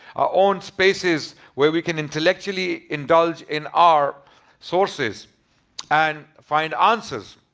our own spaces, where we can intellectually indulge in our sources and find answers.